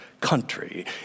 country